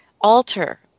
alter